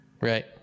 right